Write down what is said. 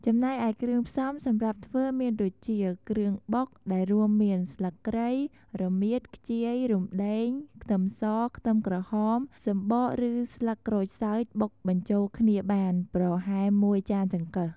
ចំណែកឯគ្រឿងផ្សំសម្រាប់ធ្វើមានដូចជា គ្រឿងបុក ដែលរួមមាន ស្លឹកគ្រៃ រមៀត ខ្ជាយ រំដេង ខ្ទឹមស ខ្ទឹមក្រហម សម្បកឬស្លឹកក្រូចសើចបុកបញ្ជូលគ្នាបាន ប្រហែល១ចានចង្កឹះ។